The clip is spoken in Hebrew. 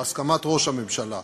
בהסכמת ראש הממשלה,